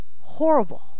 horrible